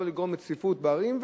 לא לגרום לצפיפות בערים,